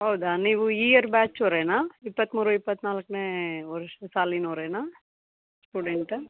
ಹೌದಾ ನೀವು ಈ ಇಯರ್ ಬ್ಯಾಚವರೇನಾ ಇಪ್ಪತ್ತ್ಮೂರು ಇಪ್ಪತ್ತ್ನಾಲ್ಕನೆ ವರ್ಷ ಸಾಲಿನವರೇನಾ ಸ್ಟೂಡೆಂಟ